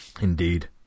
Indeed